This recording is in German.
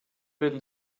werden